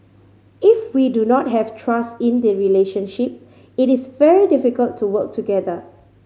if we do not have trust in the relationship it is very difficult to work together